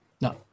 No